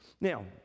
Now